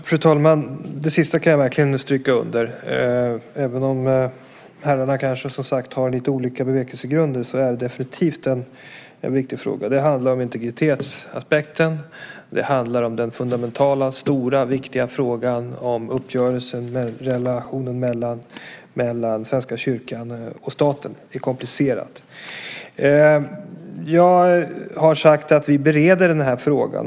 Fru talman! Det sista kan jag verkligen stryka under. Även om herrarna som sagt kanske har lite olika bevekelsegrunder är detta definitivt en viktig fråga. Det handlar om integritetsaspekten. Det handlar om den fundamentala, stora och viktiga frågan om relationen mellan Svenska kyrkan och staten. Det är komplicerat. Jag har sagt att vi bereder frågan.